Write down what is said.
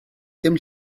dim